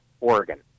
Oregon